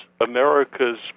America's